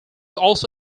also